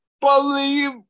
believe